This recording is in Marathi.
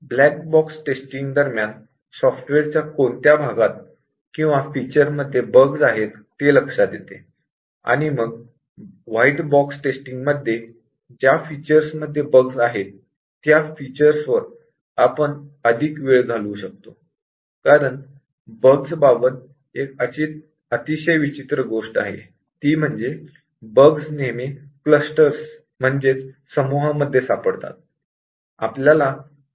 ब्लॅक बॉक्स टेस्टिंग दरम्यान सॉफ्टवेअर च्या कोणत्या भागात किंवा फीचर्स मध्ये बग्स आहेत ते लक्षात येते आणि मग व्हाइट बॉक्स टेस्टिंग मध्ये ज्या फीचर्स मध्ये बग्स आहेत त्या फीचर्स वर आपण अधिक वेळ घालवू शकतो कारण बग्स बाबत एक अतिशय विचित्र गोष्ट आहे ती म्हणजे म्हणजे बग्स नेहमी क्लस्टर्स म्हणजे समूहामध्ये सापडतात